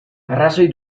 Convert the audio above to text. arrazoi